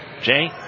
Jay